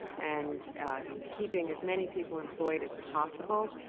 and keeping as many people employed as possible,